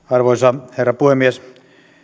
arvoisa herra puhemies